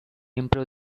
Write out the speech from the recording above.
improve